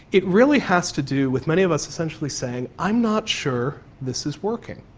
it really has to do with many of us essentially saying i'm not sure this is working.